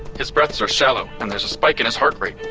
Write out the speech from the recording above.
his breaths are shallow and there's a spike in his heart rate